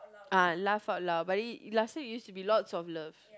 ah laugh out loud but it last time it used to be lots of love